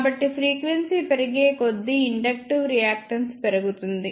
కాబట్టి ఫ్రీక్వెన్సీ పెరిగేకొద్దీ inductive reactance పెరుగుతుంది